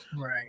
Right